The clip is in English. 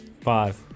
Five